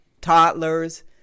toddlers